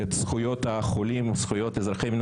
הסתייגות מספר 57. הסתייגות מספר 57. במקום